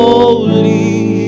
Holy